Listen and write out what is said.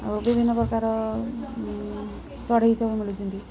ଆଉ ବିଭିନ୍ନ ପ୍ରକାର ଚଢ଼େଇ ସବୁ ମିଳୁଛନ୍ତି